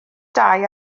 dau